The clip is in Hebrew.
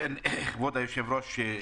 כבוד היושב-ראש,